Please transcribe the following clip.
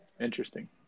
interesting